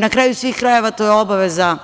Na kraju svih krajeva, to je obaveza